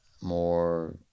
more